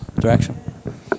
direction